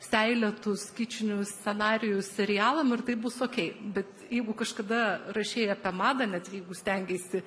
seilėtus kičinius scenarijus serialam ir taip bus okey bet jeigu kažkada rašei apie madą net jeigu stengeisi